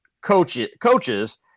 coaches